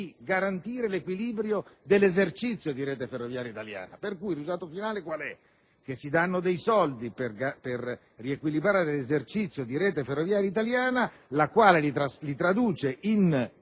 garantire l'equilibrio dell'esercizio. Per cui, il risultato finale qual è? Che si danno dei soldi per riequilibrare l'esercizio di Rete ferroviaria italiana, la quale li traduce in